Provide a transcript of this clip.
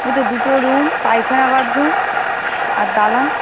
ওই তো দুটো রুম পায়খানা বাথরুম আর দালান